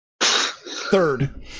Third